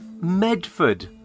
Medford